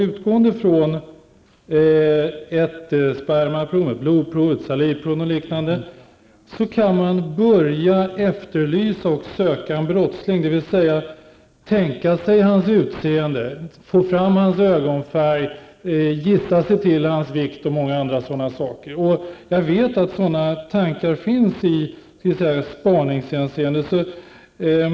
Utgående från ett spermaprov, blodprov, salivprov eller liknande kan man börja efterlysa och söka en brottsling, dvs. tänka sig hans utseende, få fram hans ögonfärg, gissa sig till hans vikt och många andra sådana saker. Jag vet att sådana tankar finns i spaningshänseende.